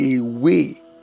away